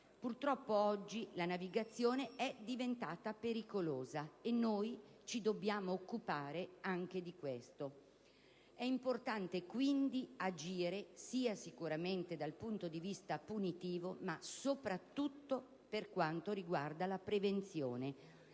Purtroppo oggi la navigazione è diventata pericolosa e noi ci dobbiamo occupare anche di questo. È importante quindi agire dal punto di vista punitivo, ma soprattutto per quanto riguarda la prevenzione.